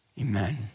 Amen